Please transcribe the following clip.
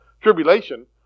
tribulation